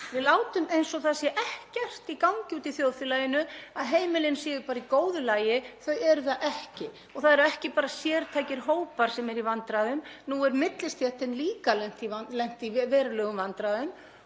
Við látum eins og það sé ekkert í gangi úti í þjóðfélaginu, að heimilin séu bara í góðu lagi. Þau eru það ekki og það eru ekki bara sértækir hópar sem eru í vandræðum, nú er millistéttin líka lent í verulegum vandræðum